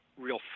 real